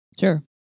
Sure